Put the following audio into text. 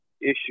issue